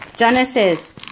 Genesis